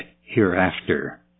hereafter